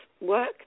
work